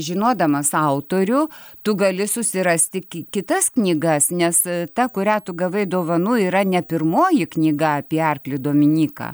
žinodamas autorių tu gali susirasti ki kitas knygas nes ta kurią tu gavai dovanų yra ne pirmoji knyga apie arklį dominyką